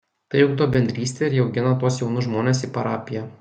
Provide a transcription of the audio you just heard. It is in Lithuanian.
tai ugdo bendrystę ir įaugina tuos jaunus žmones į parapiją